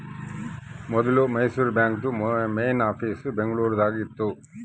ಮೊದ್ಲು ಮೈಸೂರು ಬಾಂಕ್ದು main office Bengaluru ದಾಗ ಇತ್ತು